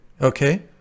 okay